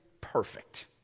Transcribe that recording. perfect